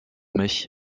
mich